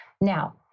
Now